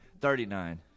Thirty-nine